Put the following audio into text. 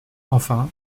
enfin